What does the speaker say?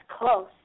close